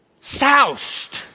Soused